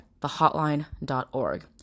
thehotline.org